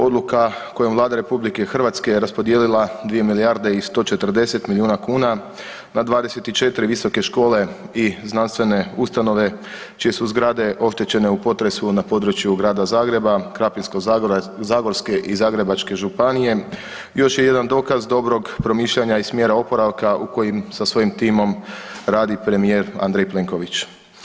Odluka kojom Vlada RH raspodijelila 2 milijarde i 140 milijuna kuna na 24 visoke škole i znanstvene ustanove čije su zgrade oštećene u potresu na području Grada Zagreba, Krapinsko-zagorske i Zagrebačke županije još je jedan dokaz dobrog promišljanja i smjera oporavka u kojim sa svojim timom radi premijer Andrej Plenković.